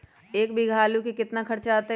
एक बीघा आलू में केतना खर्चा अतै?